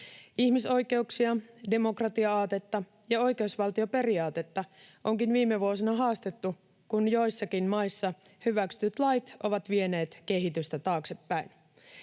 Ihmisoikeuksia, demokratia-aatetta ja oikeusvaltioperiaatetta onkin viime vuosina haastettu, kun joissakin maissa hyväksytyt lait ovat vieneet kehitystä taaksepäin.